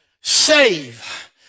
Save